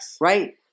right